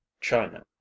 China